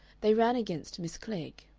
they ran against miss klegg.